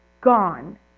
gone